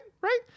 Right